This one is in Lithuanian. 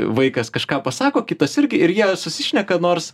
vaikas kažką pasako kitas irgi ir jie susišneka nors